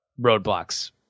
roadblocks